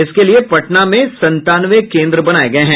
इसके लिये पटना के संतानवे केंद्र बनाये गये हैं